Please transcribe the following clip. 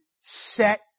Set